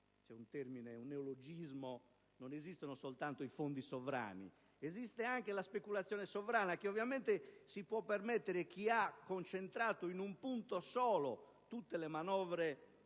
Non esistono soltanto i fondi sovrani, ma anche la speculazione sovrana che ovviamente si può permettere chi ha concentrato in un solo punto tutte le manovre di politica